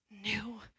new